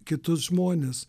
kitus žmones